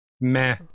meh